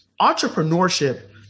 Entrepreneurship